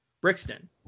Brixton